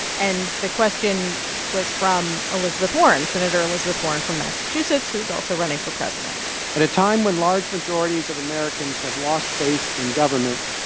and the question was from elizabeth warren, senator elizabeth warren from massachusetts, who is also running for president at a time when large majorities of americans have lost faith in government,